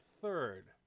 third